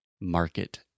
market